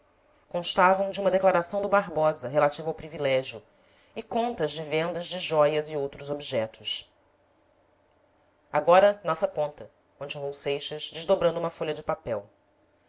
constavam de uma declaração do barbosa relativa ao privilégio e contas de vendas de jóias e outros objetos agora nossa conta continuou seixas desdobrando uma folha de papel